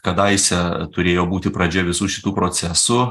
kadaise turėjo būti pradžia visų šitų procesų